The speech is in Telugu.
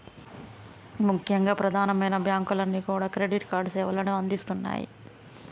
ముఖ్యంగా ప్రధానమైన బ్యాంకులన్నీ కూడా క్రెడిట్ కార్డు సేవలను అందిస్తున్నాయి